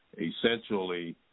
essentially